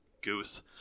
goose